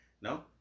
No